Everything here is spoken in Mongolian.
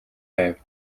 байв